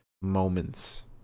moments